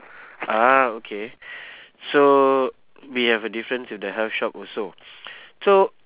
ah okay so we have a difference in the health shop also so